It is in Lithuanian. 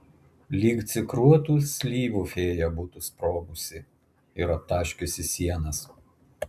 lyg cukruotų slyvų fėja būtų sprogusi ir aptaškiusi sienas